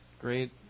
Great